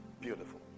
Beautiful